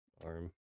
arm